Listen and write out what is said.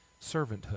servanthood